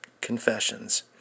confessions